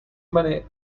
many